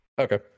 okay